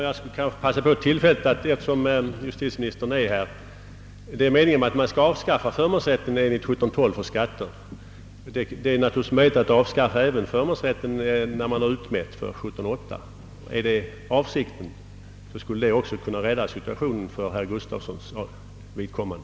Herr talman! Eftersom justitieministern är här, vill jag passa på tillfället att ställa en fråga. Det är meningen att man skall avskaffa förmånsrätten enligt 17:12 för skatter. Det är naturligtvis möjligt att även avskaffa förmånsrätten när man har utmätt enligt 17: 8. är det avsikten? Det skulle i så fall kunna rädda situationen för herr Gustafssons i Borås vidkommande.